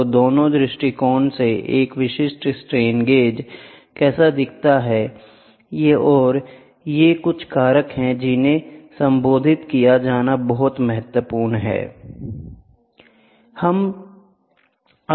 तो दोनों दृष्टिकोणों से एक विशिष्ट स्ट्रेन गेज कैसा दिखता है और ये कुछ कारक हैं जिन्हें संबोधित किया जाना बहुत महत्वपूर्ण है